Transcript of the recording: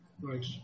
Right